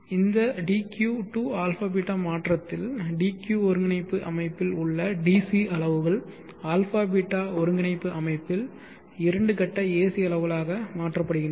இந்த dq to αβ மாற்றத்தில் dq ஒருங்கிணைப்பு அமைப்பில் உள்ள DC அளவுகள் αβ ஒருங்கிணைப்பு அமைப்பில் இரண்டு கட்ட ac அளவுகளாக மாற்றப்படுகின்றன